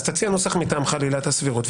תציע נוסח מטעמך על עילת הסבירות.